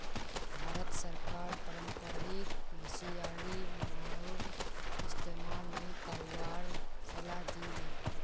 भारत सरकार पारम्परिक मछियारी नाउर इस्तमाल नी करवार सलाह दी ले